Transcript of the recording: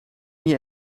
niet